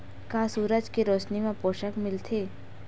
का सूरज के रोशनी म पोषण मिलथे?